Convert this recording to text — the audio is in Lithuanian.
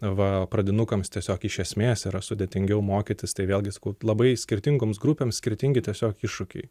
va pradinukams tiesiog iš esmės yra sudėtingiau mokytis tai vėlgi labai skirtingoms grupėms skirtingi tiesiog iššūkiai